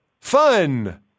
fun